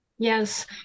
Yes